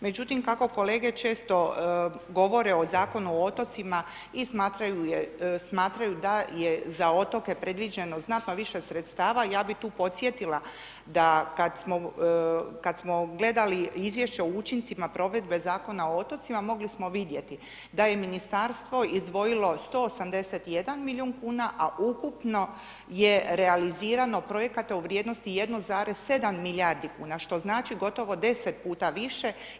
Međutim, kako kolege često govore o Zakonu o otocima i smatraju da je za otoke predviđeno znatno više sredstava, ja bi tu posjetila da, kad smo gledali izjvešća o učincima provedbe Zakona o otocima mogli smo vidjeti da je Ministarstvo izdvojilo 181 milijun kuna, a ukupno je realizirano projekata u vrijednosti 1,7 milijardi kuna, što znači gotovo 10 puta više.